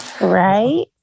right